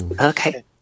okay